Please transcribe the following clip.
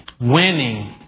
winning